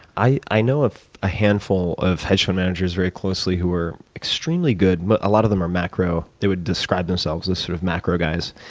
i i know of a handful of hedge fund managers very closely who are extremely good but a lot of them are macro they would describe themselves as sort of macro guys,